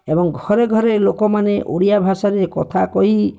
ଏବଂ ଘରେ ଘରେ ଲୋକମାନେ ଓଡ଼ିଆ ଭାଷାରେ କଥା କହି